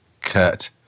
Kurt